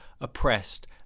oppressed